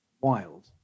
wild